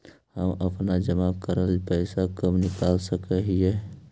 हम अपन जमा करल पैसा कब निकाल सक हिय?